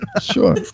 Sure